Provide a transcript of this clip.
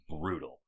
brutal